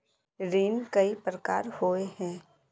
ऋण कई प्रकार होए है?